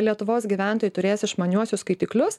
lietuvos gyventojai turės išmaniuosius skaitiklius